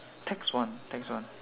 tax one tax one